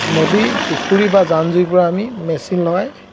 নদী পুখুৰী বা জান জুৰি পৰা আমি মেচিন লগাই